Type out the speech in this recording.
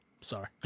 sorry